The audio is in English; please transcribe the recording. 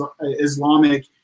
Islamic